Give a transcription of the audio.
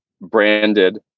branded